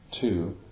two